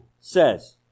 says